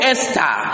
Esther